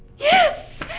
yes!